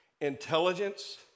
intelligence